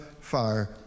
fire